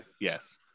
yes